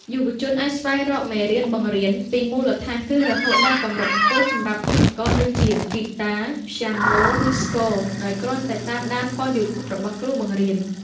យុវជនអាចស្វែងរកមេរៀនបង្រៀនពីមូលដ្ឋានគ្រឹះរហូតដល់កម្រិតខ្ពស់សម្រាប់ឧបករណ៍ដូចជា ហ្គីតា ព្យាណូ ឬស្គរ ដោយគ្រាន់តែតាមដានប៉ុស្តិ៍ YouTube របស់គ្រូបង្រៀន។